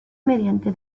mediante